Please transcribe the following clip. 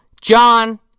John